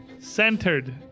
Centered